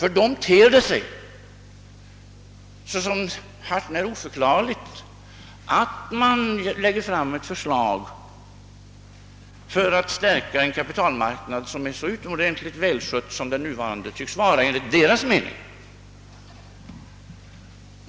För dem ter det sig såsom hart när oförklarligt att man lägger fram ett förslag för att stärka en kapitalmarknad som är så välskött som den nuvarande tycks vara enligt deras mening.